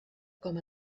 com